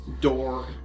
door